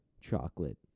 chocolate